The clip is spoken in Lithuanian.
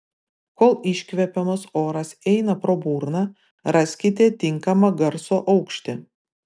kol iškvepiamas oras eina pro burną raskite tinkamą garso aukštį